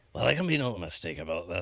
like um you know mistake about this.